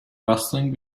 rustling